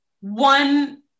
one